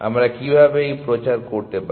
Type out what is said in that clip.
আমরা কিভাবে এই প্রচার করতে পারি